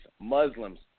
Muslims